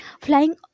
flying